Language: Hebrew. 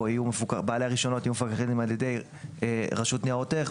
בעלי הרישיונות יהיו מפוקחים על ידי רשות ניירות ערך,